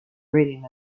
reading